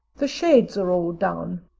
the shades are all down,